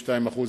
איזה מועצה זאת?